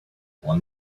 one